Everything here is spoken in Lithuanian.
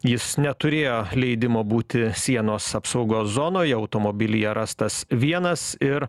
jis neturėjo leidimo būti sienos apsaugos zonoje automobilyje rastas vienas ir